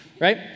right